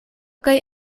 kaj